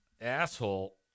asshole